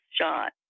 shot